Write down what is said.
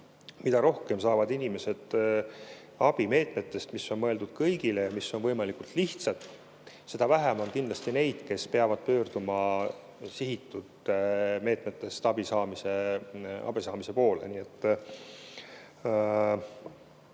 Mida rohkem saavad inimesed abi meetmetest, mis on mõeldud kõigile ja mis on võimalikult lihtsad, seda vähem on kindlasti neid, kes peavad pöörduma sihitud meetmetest abi saamise poole.